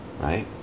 right